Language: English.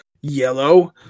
Yellow